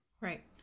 Right